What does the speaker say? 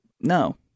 No